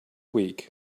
week